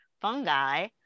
fungi